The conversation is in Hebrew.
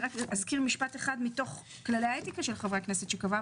אזכיר רק משפט אחד מתוך כללי האתיקה של חברי הכנסת שקבעה